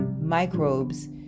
Microbes